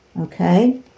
okay